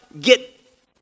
get